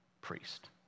priest